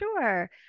Sure